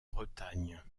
bretagne